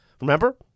Remember